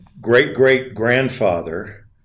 great-great-grandfather